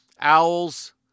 Owls